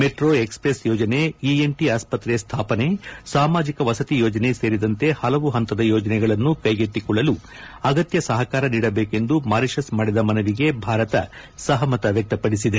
metro express ಯೋಜನೆ ENT ಆಸ್ತ್ರೆ ಸ್ಟಾಪನೆ ಸಾಮಾಜಿಕ ವಸತಿ ಯೋಜನೆ ಸೇರಿದಂತೆ ಹಲವು ಹಂತದ ಯೋಜನೆಗಳನ್ನು ಕೈಗೆತ್ತಿಕೊಳ್ಳಲು ಅಗತ್ಯ ಸಹಕಾರ ನೀಡಬೇಕೆಂದು ಮಾರಿಶಿಸ್ ಮಾಡಿದ ಮನವಿಗೆ ಭಾರತ ಸಹಮತ ವ್ಯಕ್ತಪಡಿಸಿದೆ